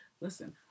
listen